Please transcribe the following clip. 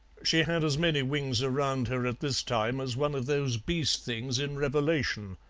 she had as many wings around her at this time as one of those beast-things in revelation.